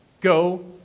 Go